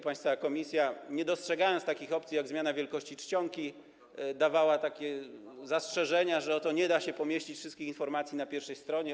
Państwowa komisja, nie dostrzegając takich opcji jak zmiana wielkości czcionki, zgłaszała takie zastrzeżenia, że oto nie da się pomieścić wszystkich informacji na pierwszej stronie.